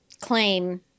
Claim